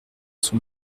son